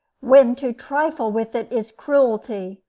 when to trifle with it is cruelty.